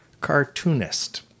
cartoonist